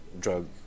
drug